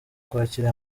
kwakira